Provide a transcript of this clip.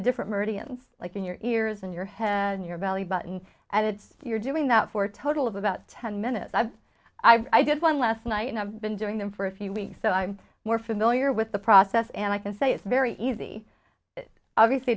the different murty and like in your ears and your hand your belly button and it's you're doing that for a total of about ten minutes i've i did one last night and i've been doing them for a few weeks so i'm more familiar with the process and i can say it's very easy it obviously